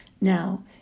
Now